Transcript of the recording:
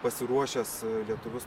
pasiruošęs lietuvius